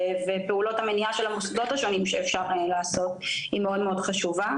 וגם פעולות המניעה של המוסדות השונים שאפשר לעשות היא מאוד מאוד חשובה